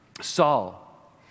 Saul